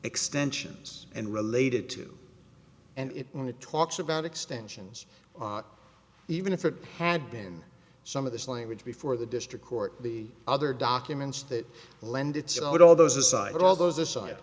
extensions and related to and it only talks about extensions even if it had been some of this language before the district court the other documents that lend itself to all those aside all those